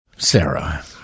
Sarah